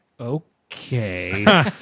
okay